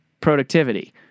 productivity